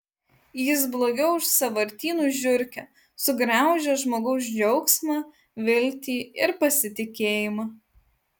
jis blogiau už sąvartynų žiurkę sugraužia žmogaus džiaugsmą viltį ir pasitikėjimą